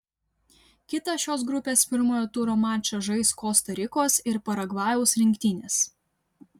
kitą šios grupės pirmojo turo mačą žais kosta rikos ir paragvajaus rinktinės